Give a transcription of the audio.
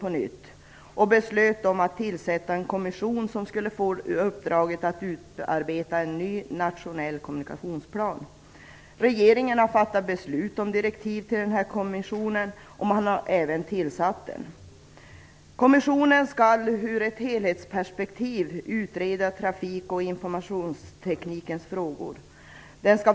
Man beslutade att tillsätta en kommission som fick i uppdrag att utarbeta en ny nationell kommunikationsplan. Regeringen har fattat beslut om direktiv till kommissionen, och den har även tillsatts. Kommissionen skall ur ett helhetsperspektiv utreda trafik och informationsteknikens frågor.